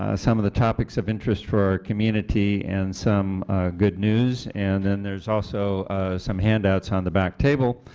ah some of the topics of interest for our community and some good news and then there is also some handouts on the back table,